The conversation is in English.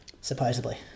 supposedly